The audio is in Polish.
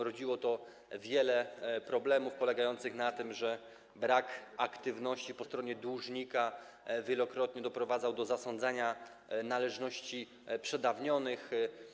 Rodziło to wiele problemów polegających na tym, że brak aktywności po stronie dłużnika wielokrotnie doprowadzał do zasądzania należności przedawnionych.